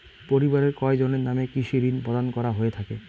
পরিবারের কয়জনের নামে কৃষি ঋণ প্রদান করা হয়ে থাকে?